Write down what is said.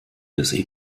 des